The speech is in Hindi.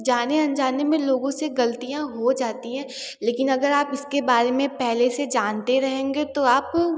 जाने अनजाने में लोगों से गलतियाँ हो जाती है लेकिन इसके बारे में पहले से जानते रहेंगे तो आप